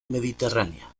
mediterránea